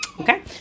Okay